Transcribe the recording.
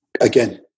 again